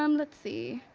um let's see,